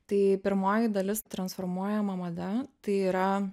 tai pirmoji dalis transformuojama mada tai yra